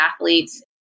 athletes